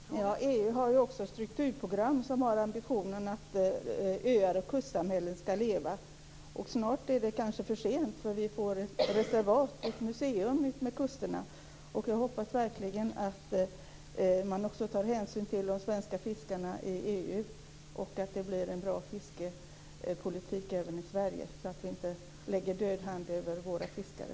Fru talman! EU har också strukturprogram som har ambitionen att öar och kustsamhällen skall leva. Snart är det kanske för sent. Vi får reservat och museer utmed kusterna. Jag hoppas verkligen att man också tar hänsyn till de svenska fiskarna i EU och att det blir en bra fiskepolitik även i Sverige, så att vi inte lägger död hand över våra fiskare.